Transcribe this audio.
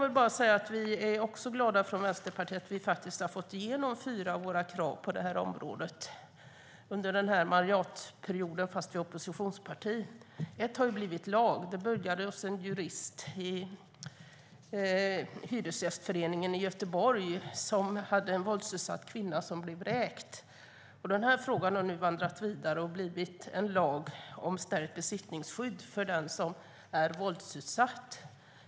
Vi i Vänsterpartiet är glada att vi under den här mandatperioden fått igenom fyra av våra krav på det här området, trots att vi är ett oppositionsparti. Ett av kraven har blivit lag. Det hela började hos en jurist vid Hyresgästföreningen i Göteborg som hade ett ärende med en våldsutsatt kvinna som blev vräkt. Frågan har vandrat vidare och nu blivit en lag om stärkt besittningsskydd för den som blivit våldsutsatt.